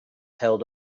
held